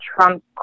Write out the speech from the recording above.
Trump